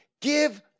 give